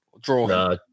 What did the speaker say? draw